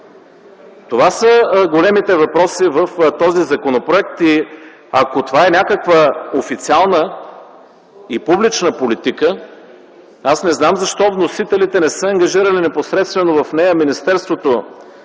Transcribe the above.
Това са големите въпроси в този законопроект и ако това е някаква официална и публична политика, аз не знам защо вносителите не са ангажирали непосредствено в нея Министерството